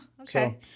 okay